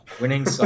winning